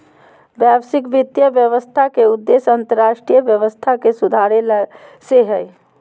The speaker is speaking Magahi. वैश्विक वित्तीय व्यवस्था के उद्देश्य अन्तर्राष्ट्रीय व्यवस्था के सुधारे से हय